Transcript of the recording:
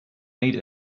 made